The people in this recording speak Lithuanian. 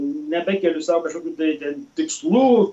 nebekeliu sau kažkokių tai ten tikslų